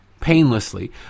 painlessly